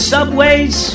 Subways